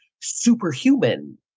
superhuman